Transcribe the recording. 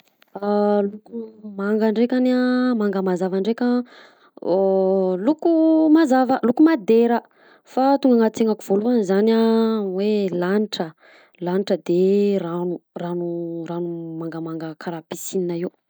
Loko manga ndrekany a manga mazava ndreka loko mazava loko madera fa tonga agnaty sainako voalohany zany hoe lanitra, lanitra de hoe ragno rano rano mangamanga karaha piscine io.